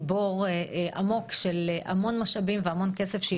בור עמוק של המון משאבים והמון כסף שהיא דורשת.